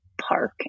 park